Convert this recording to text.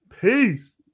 peace